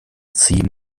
ziehen